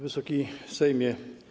Wysoki Sejmie!